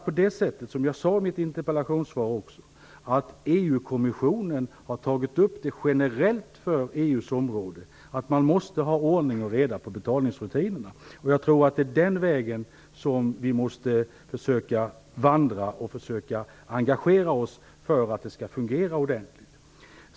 Men som jag sade i mitt interpellationssvar har EU-kommissionen generellt för EU:s område tagit upp att det måste vara ordning och reda i betalningsrutinerna. Jag tror att det är den vägen vi måste försöka vandra och att vi måste försöka engagera oss för att det skall fungera ordentligt.